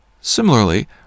similarly